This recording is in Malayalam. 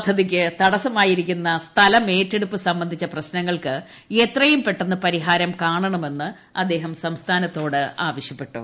പദ്ധതിക്ക് തടസ്സമായിരിക്കുന്ന സ്ഥലമേറ്റെടുപ്പ് സംബന്ധിച്ച പ്രശ്നങ്ങൾക്ക് എത്രയും പെട്ടെന്ന് പരിഹാരം കാണണമെന്ന് അദ്ദേഹം സംസ്ഥാനത്തോട് ആവശ്യപ്പെട്ടു